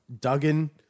Duggan